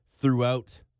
throughout